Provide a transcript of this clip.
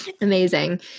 Amazing